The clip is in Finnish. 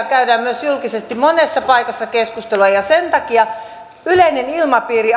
käydään myös julkisesti monessa paikassa keskustelua ja sen takia yleinen ilmapiiri